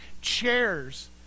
chairs